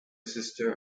sister